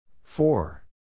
four